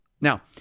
Now